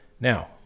Now